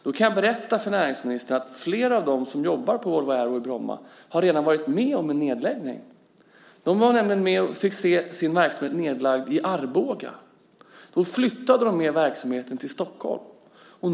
Då kan jag berätta för näringsministern att flera av dem som jobbar på Volvo Aero i Bromma redan har varit med om en nedläggning. De var nämligen med och fick se sin verksamhet nedlagd i Arboga. De flyttade med verksamheten till Stockholm.